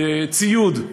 ציוד.